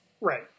Right